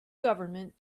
government